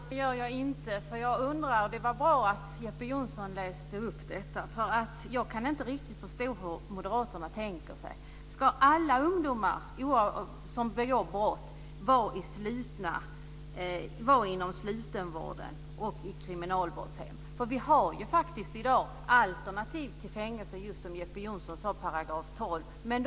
Fru talman! Nej, det gör jag inte. Det var bra att Jeppe Johnsson läste upp detta, för jag kan inte riktigt förstå hur moderaterna tänker. Ska alla ungdomar som begår brott vara inom slutenvården och på kriminalvårdshem? Vi har ju i dag alternativ till fängelser. Jeppe Johnsson nämnde just § 12-hem.